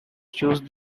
chose